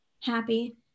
happy